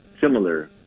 similar